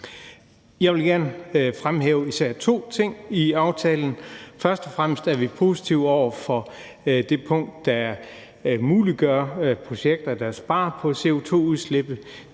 Jeg vil gerne fremhæve især to ting i aftalen. Først og fremmest er vi positive over for det punkt, der muliggør projekter, der sparer på CO2-udslippet,